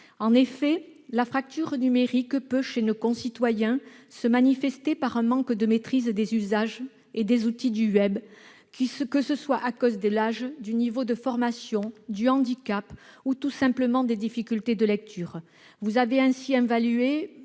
numérique. La fracture numérique peut, chez nos concitoyens, se manifester par un manque de maîtrise des usages et des outils du web, que ce soit à cause de l'âge, du niveau de formation, d'un handicap ou, tout simplement, de difficultés de lecture. Monsieur